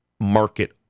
market